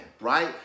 right